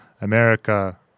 America